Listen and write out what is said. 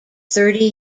thirty